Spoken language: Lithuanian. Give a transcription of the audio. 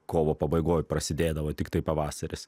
kovo pabaigoj prasidėdavo tiktai pavasaris